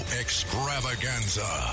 extravaganza